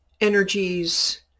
energies